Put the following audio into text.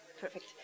Perfect